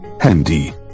Handy